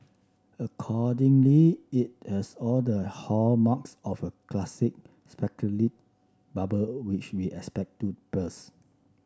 accordingly it has all the hallmarks of a classic bubble which we expect to burst